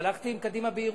הלכתי עם קדימה בירוחם.